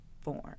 form